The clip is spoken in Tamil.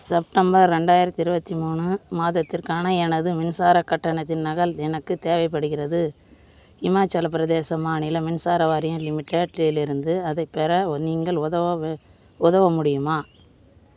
செப்டம்பர் ரெண்டாயிரத்தி இருபாத்தி மூணு மாதத்திற்கான எனது மின்சார கட்டணத்தின் நகல் எனக்கு தேவைப்படுகிறது இமாச்சலப் பிரதேச மாநில மின்சார வாரியம் லிமிடெட்டிலிருந்து அதைப் பெற நீங்கள் உதவ உதவ முடியுமா